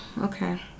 okay